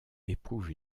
éprouve